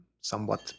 somewhat